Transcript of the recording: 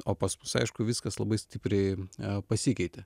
o pas mus aišku viskas labai stipriai pasikeitė